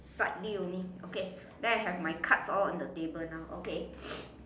slightly only okay then I have my cards all on the table now okay